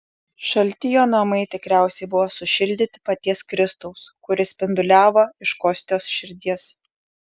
šalti jo namai tikriausiai buvo sušildyti paties kristaus kuris spinduliavo iš kostios širdies